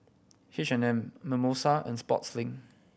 H and M Mimosa and Sportslink